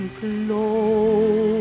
close